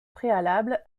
préalable